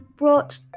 Brought